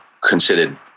considered